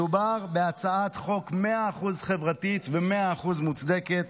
מדובר בהצעת חוק מאה אחוז חברתית ומאה אחוז מוצדקת,